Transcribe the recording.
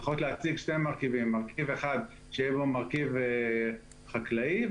מרכיב אחד שיהיה בו מרכיב חקלאי,